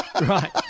Right